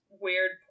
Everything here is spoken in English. weird